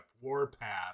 warpath